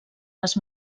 les